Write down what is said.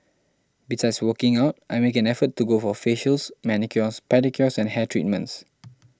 besides working out I make an effort to go for facials manicures pedicures and hair treatments